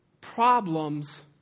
problems